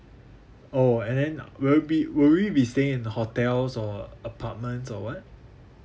oh and then uh will be will we be staying in hotels or apartments or what